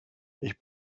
ich